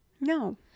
No